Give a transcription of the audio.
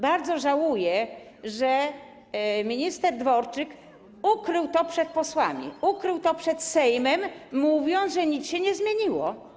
Bardzo żałuję, że minister Dworczyk ukrył to przed posłami, ukrył to przed Sejmem, mówiąc, że nic się nie zmieniło.